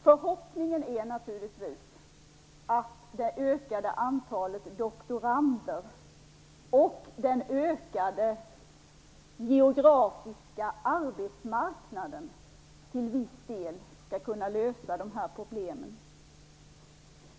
Förhoppningen är naturligtvis att det ökade antalet doktorander och den ökade geografiska arbetsmarknaden till viss del skall kunna lösa de här problemen.